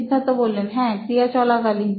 সিদ্ধার্থ হ্যাঁ ক্রিয়া চলাকালীন